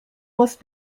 must